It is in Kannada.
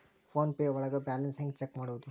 ಫೋನ್ ಪೇ ಒಳಗ ಬ್ಯಾಲೆನ್ಸ್ ಹೆಂಗ್ ಚೆಕ್ ಮಾಡುವುದು?